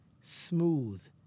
smooth